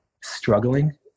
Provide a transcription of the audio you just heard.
struggling